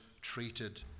treated